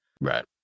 Right